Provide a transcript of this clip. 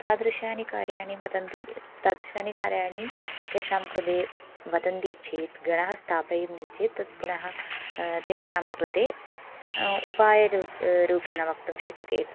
तादृशानि कार्याणि वदन्ति तादृशानि कार्याणि तेषां कृते वदन्ति चेत् गणः स्थापयन्ति चेत् पुनः तेषां कृते उपायः रूपेण वक्तुं शक्यते एतत्